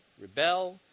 rebel